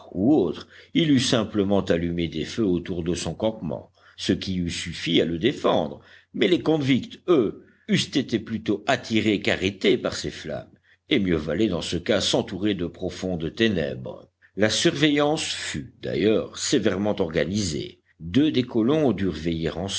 ou autres il eût simplement allumé des feux autour de son campement ce qui eût suffi à le défendre mais les convicts eux eussent été plutôt attirés qu'arrêtés par ces flammes et mieux valait dans ce cas s'entourer de profondes ténèbres la surveillance fut d'ailleurs sévèrement organisée deux des colons